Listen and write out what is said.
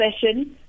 session